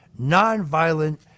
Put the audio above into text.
nonviolent